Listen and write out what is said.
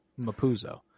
Mapuzo